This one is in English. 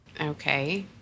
okay